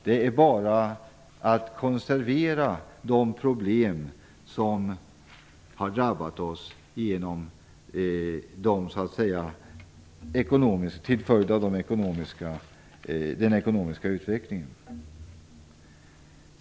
Det är bara att konservera de problem som har drabbat oss till följd av den ekonomiska utvecklingen.